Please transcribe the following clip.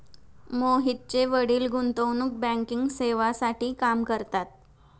मोहितचे वडील गुंतवणूक बँकिंग सेवांसाठी काम करतात